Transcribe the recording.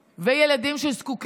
לא מבינה למה הוא מתכוון,